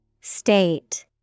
State